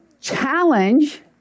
challenge